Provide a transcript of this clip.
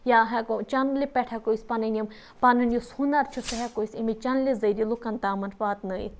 یا ہٮ۪کو چَنلہِ پٮ۪ٹھ ہٮ۪کو أسۍ پَنٕنۍ یِم پَنٕنۍ یُس ہُنَر چھِ سُہ ہٮ۪کو أسۍ اَمے چَنلہِ ذٔریہِ لُکَن تامَتھ واتنٲیِتھ